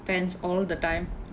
pants all the time